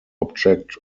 object